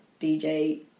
dj